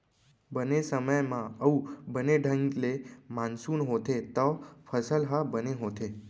बने समे म अउ बने ढंग ले मानसून होथे तव फसल ह बने होथे